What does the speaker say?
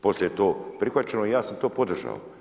Poslije je to prihvaćeno i ja sam to podržao.